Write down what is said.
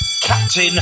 Captain